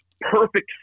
perfect